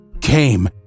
came